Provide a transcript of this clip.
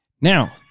Now